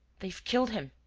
they've killed him,